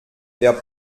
der